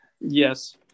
Yes